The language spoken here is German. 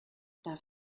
darf